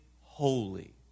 holy